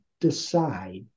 decide